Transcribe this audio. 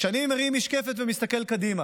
וכשאני מרים משקפת ומסתכל קדימה,